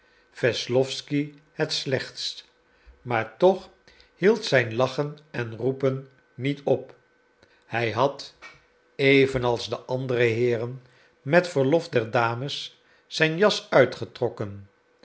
wesslowsky het slechtst maar toch hield zijn lachen en roepen niet op hij had evenals de andere heeren met verlof der dames zijn jas uitgetrokken